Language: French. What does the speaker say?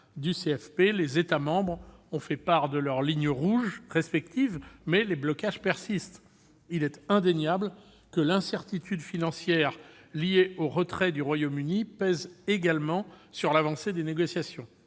du CFP. Les États membres ont fait part de leurs lignes rouges respectives, mais les blocages persistent. Il est indéniable que l'incertitude financière liée au retrait du Royaume-Uni pèse également sur l'avancée des négociations.